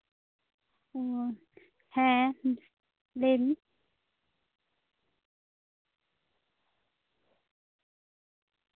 ᱦᱩᱸ ᱦᱮᱸ ᱞᱟᱹᱭ ᱢᱮ